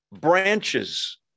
branches